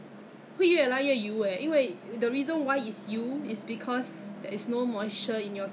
the facial car~ what you call that the facial salon the ah they sell their own products they said